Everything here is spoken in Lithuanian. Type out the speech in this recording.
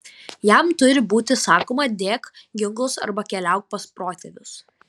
jam turi būti sakoma dėk ginklus arba keliauk pas protėvius